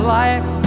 life